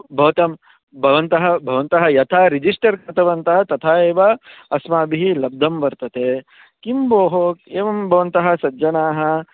भवता भवन्तः यथा रिजिस्टर् कृतवन्तः तथा एव अस्माभिः लब्धं वर्तते किं भोः एवं भवन्तः सज्जनाः